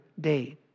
day